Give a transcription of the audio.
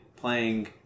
playing